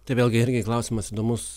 tai vėlgi irgi klausimas įdomus